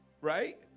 Right